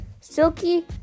silky